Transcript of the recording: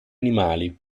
animali